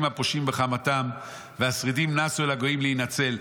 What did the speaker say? הפושעים בחמתם והשרידים נסו אל הגויים להינצל".